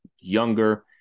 Younger